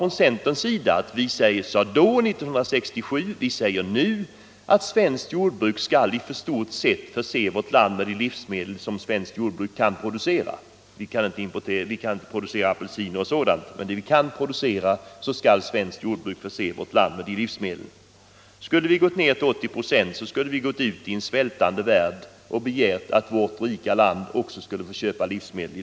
Från centerns sida sade vi 1967 och vi säger det nu, att svenskt jordbruk skall förse vårt land med de livsmedel som svenskt jordbruk kan producera — vi kan ju inte producera apelsiner och sådant. Hade vi gått ned till 80 procent skulle vi i dag ha fått gå ut i en svältande värld och begära att vårt rika land också skulle få köpa livsmedel.